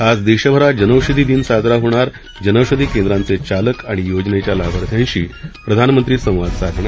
आज देशभरात जनौषधी दिन साजरा होणार जनौषधी केंद्रांचे चालक आणि योजनेच्या लाभार्थ्यांशी प्रधानमंत्री संवाद साधणार